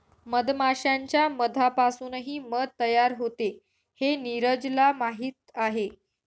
मधमाश्यांच्या मधापासूनही मध तयार होते हे नीरजला माहीत आहे